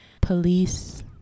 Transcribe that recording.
police